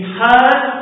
heard